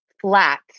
flat